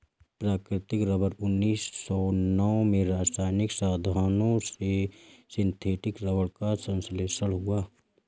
प्राकृतिक रबर उन्नीस सौ नौ में रासायनिक साधनों से सिंथेटिक रबर का संश्लेषण हुआ